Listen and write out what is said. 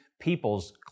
peoples